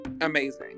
amazing